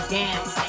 dance